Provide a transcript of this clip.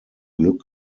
glück